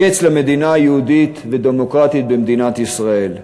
הקץ למדינה היהודית והדמוקרטית במדינת ישראל.